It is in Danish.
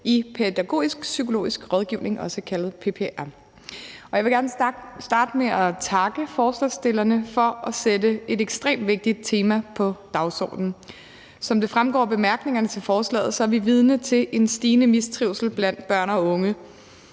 i Pædagogisk Psykologisk Rådgivning, også kaldet PPR. Jeg vil gerne starte med at takke forslagsstillerne for at sætte et ekstremt vigtigt tema på dagsordenen. Som det fremgår af bemærkningerne til forslaget, er vi vidne til en stigende mistrivsel blandt børn og unge.